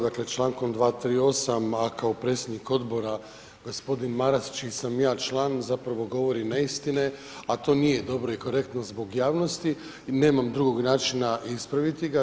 Dakle, člankom 238. a kao predsjednik odbora gospodin Maras, čiji sam ja član zapravo govori neistine, a to nije dobro i korektno zbog javnosti i nemam drugog načina ispraviti ga.